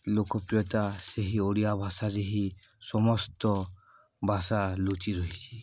ଲୋକପ୍ରିୟତା ସେହି ଓଡ଼ିଆ ଭାଷାରେ ହିଁ ସମସ୍ତ ଭାଷା ଲୁଚି ରହିଛି